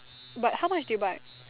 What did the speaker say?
but how much do you buy